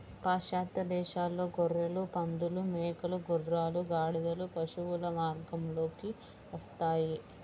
పాశ్చాత్య దేశాలలో గొర్రెలు, పందులు, మేకలు, గుర్రాలు, గాడిదలు పశువుల వర్గంలోకి వస్తాయి